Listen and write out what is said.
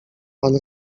pan